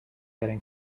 getting